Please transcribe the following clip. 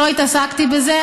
לא התעסקתי בזה,